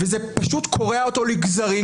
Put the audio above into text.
וזה קורע אותו לגזרים,